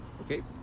Okay